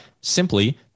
simply